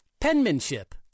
penmanship